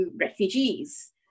refugees